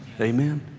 Amen